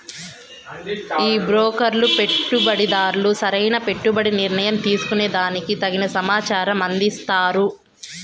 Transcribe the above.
ఈ బ్రోకర్లు పెట్టుబడిదార్లు సరైన పెట్టుబడి నిర్ణయం తీసుకునే దానికి తగిన సమాచారం అందిస్తాండారు